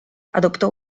adoptó